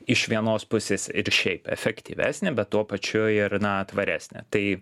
iš vienos pusės ir šiaip efektyvesnė bet tuo pačiu ir na tvaresnė tai